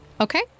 Okay